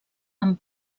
amb